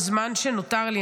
בזמן שנותר לי,